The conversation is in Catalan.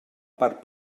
part